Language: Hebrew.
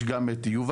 יש גם יובלים,